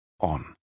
on